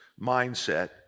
mindset